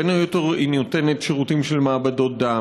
בין היתר היא נותנת שירותים של מעבדות דם,